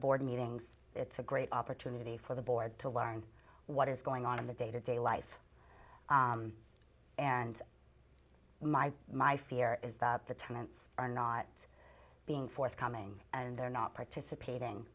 board meetings it's a great opportunity for the board to learn what is going on in the day to day life and my my fear is that the tenants are not being forthcoming and they're not participating